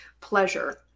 pleasure